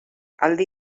aldi